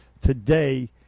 today